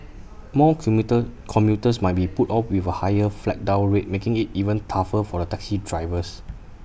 more commuter commuters might be put off with A higher flag down rate making IT even tougher for the taxi drivers